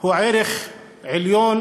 הוא ערך עליון,